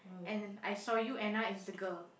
and I saw you Anna is the girl